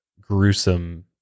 gruesome